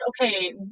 okay